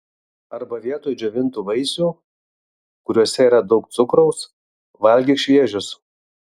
arba vietoj džiovintų vaisių kuriuose yra daug cukraus valgyk šviežius